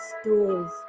stools